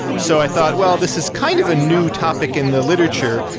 so i thought, well, this is kind of a new topic in the literature.